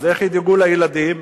אז איך ידאגו לילדים?